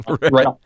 right